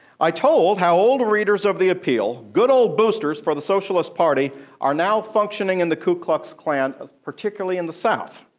i told how old readers of the appeal, good old boosters for the socialist party are now functioning in the ku klux klan, particularly in the south.